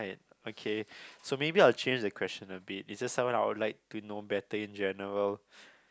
okay so maybe I'll change the question a bit is just someone that I would like to know better in general